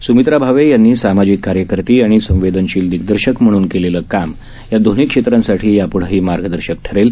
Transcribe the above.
सुमित्रा भावे यांनी सामाजिक कार्यकर्ती आणि संवेदनशील दिग्दर्शक म्हणून केलेलं काम या दोन्ही क्षेत्रांसाठी यापुढंही मार्गदर्शक ठरेल